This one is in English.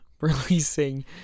releasing